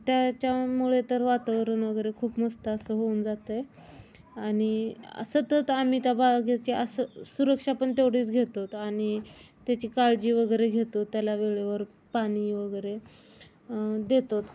त्याच्यामुळे तर वातावरण वगैरे खूप मस्त असं होऊन जात आहे आणि असं तरच आम्ही त्या बागेची असं सुरक्षा पण तेवढीच घेतोत आणि त्याची काळजी वगैरे घेतो त्याला वेळेवर पाणी वगैरे देतोत